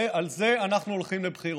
על זה אנחנו הולכים לבחירות,